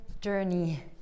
journey